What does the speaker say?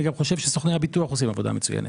אני גם חושב שסוכני הביטוח עושים עבודה מצוינת.